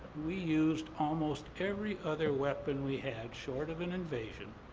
we used almost every other weapon we had short of an invasion,